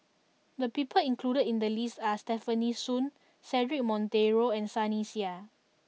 the people included in the list are Stefanie Sun Cedric Monteiro and Sunny Sia